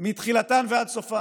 מתחילתן ועד סופן.